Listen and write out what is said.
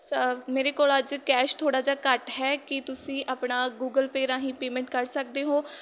ਸ ਮੇਰੇ ਕੋਲ ਅੱਜ ਕੈਸ਼ ਥੋੜ੍ਹਾ ਜਿਹਾ ਘੱਟ ਹੈ ਕੀ ਤੁਸੀਂ ਆਪਣਾ ਗੂਗਲ ਪੇ ਰਾਹੀਂ ਪੇਮੈਂਟ ਕਰ ਸਕਦੇ ਹੋ